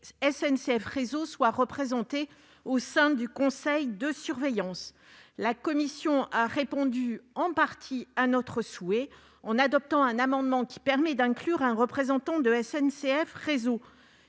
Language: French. SNCF Réseau soient représentés au sein du conseil de surveillance. La commission a répondu en partie à notre souhait, en adoptant un amendement visant à inclure un représentant de SNCF Réseau.